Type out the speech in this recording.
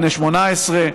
בני 18,